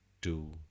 two